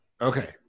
Okay